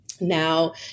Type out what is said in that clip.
now